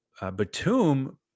Batum